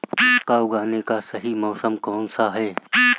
मक्का उगाने का सही मौसम कौनसा है?